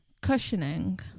cushioning